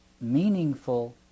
meaningful